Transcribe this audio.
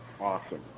Awesome